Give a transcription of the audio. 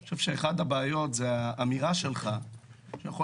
אני חושב שאחת הבעיות היא האמירה שלך שיכול